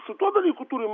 su tuo dalyku turim